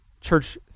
church